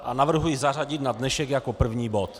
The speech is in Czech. A navrhuji zařadit na dnešek jako první bod.